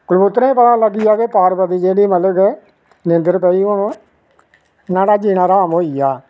कबूतरें गी पता लग्गी गया के पार्बती जेहड़ी मतलब के नींदंर पेई गेई हून न्हाड़ा जीना हराम होई गेआ